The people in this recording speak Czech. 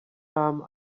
vám